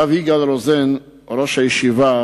הרב יגאל רוזן, ראש הישיבה,